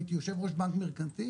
הייתי יושב ראש בנק מרכנתיל,